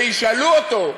וישאלו אותו: